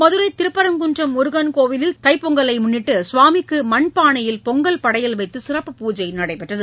மதுரை திருப்பரங்குன்றம் முருகன் கோயிலில் தை பொங்கல் சுவாமிக்கு மண்பானையில் பொங்கல் படையல் வைத்து சிறப்பு பூஜை நடத்தப்பட்டது